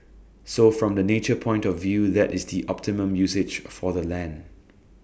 so from the nature point of view that is the optimum usage for the land